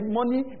money